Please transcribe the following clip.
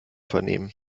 vernehmen